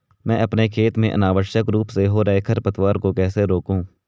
मैं अपने खेत में अनावश्यक रूप से हो रहे खरपतवार को कैसे रोकूं?